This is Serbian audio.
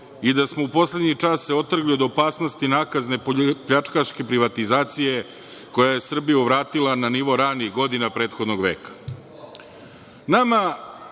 i da smo se u poslednji čas otrgli od opasnosti nakazne pljačkaške privatizacije koja je Srbiju vratila na nivo ranih godina prethodnog veka. Nama